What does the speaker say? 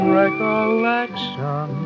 recollection